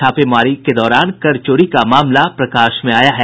छापेमारी के दौरान कर चोरी का मामला प्रकाश में आया है